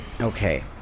Okay